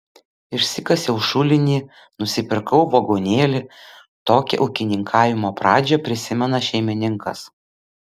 išsikasiau šulinį nusipirkau vagonėlį tokią ūkininkavimo pradžią prisimena šeimininkas